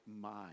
mind